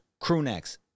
crewnecks